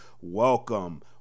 Welcome